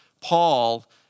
Paul